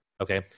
Okay